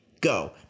go